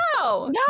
no